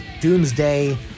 Doomsday